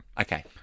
Okay